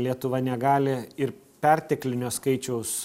lietuva negali ir perteklinio skaičiaus